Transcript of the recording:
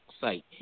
site